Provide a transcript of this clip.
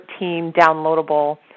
downloadable